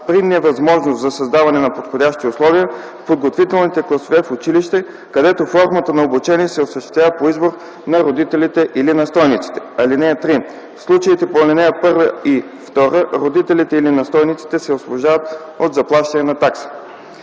при невъзможност за създаване на подходящи условия – в подготвителни класове в училище , където формата на обучение се осъществява по избор на родителите или настойниците. (3) В случаите по ал. 1 и 2 родителите или настойниците се освобождават от заплащането на такси.